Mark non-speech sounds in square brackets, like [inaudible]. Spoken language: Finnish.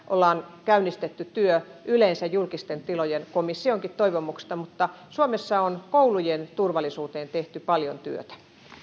[unintelligible] on käynnistetty työ yleensä julkisten tilojen turvallisuuden parantamiseksi komissionkin toivomuksesta mutta suomessa on koulujen turvallisuuteen tehty paljon työtä